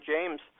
James